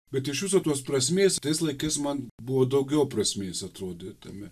bet iš viso tos prasmės tais laikais man buvo daugiau prasmės atrodytume